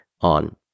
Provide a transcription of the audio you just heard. on